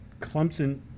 Clemson